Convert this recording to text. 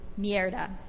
mierda